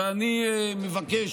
ואני מבקש,